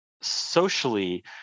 socially